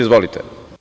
Izvolite.